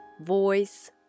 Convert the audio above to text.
voice